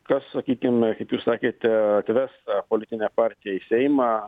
kas sakykime kaip jūs sakėte atves politinę partiją į seimą